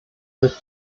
with